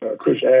Chris